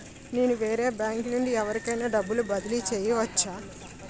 నేను వేరే బ్యాంకు నుండి ఎవరికైనా డబ్బు బదిలీ చేయవచ్చా?